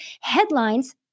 headlines